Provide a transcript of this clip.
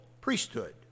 priesthood